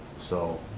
so